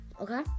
Okay